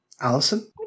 Allison